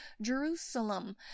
Jerusalem